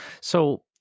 So-